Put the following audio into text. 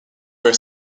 per